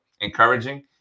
encouraging